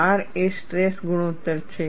R એ stress ગુણોત્તર છે